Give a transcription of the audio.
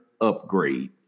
upgrade